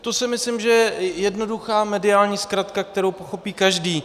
To si myslím, že je jednoduchá mediální zkratka, kterou pochopí každý.